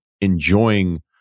enjoying